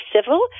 civil